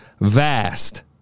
Vast